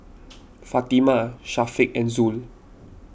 Fatimah Syafiq and Zul